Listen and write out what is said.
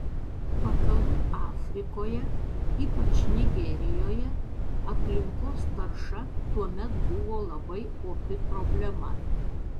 vakarų afrikoje ypač nigerijoje aplinkos tarša tuomet buvo labai opi problema